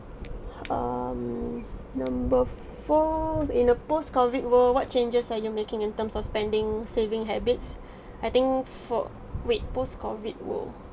um number four in a post COVID world what changes are you making in terms of spending saving habits I think for wait post COVID world